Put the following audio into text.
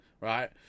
right